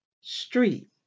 Street